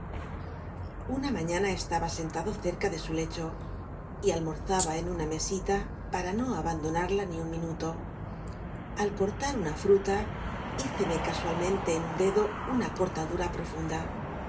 una manana estaba sentado cerca de sa le cho y almorzaba en ana mesita para oo abandooarla ni ua minuto al cortar una fruta hice me casualmente en un dedo una cortadura profunda